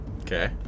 Okay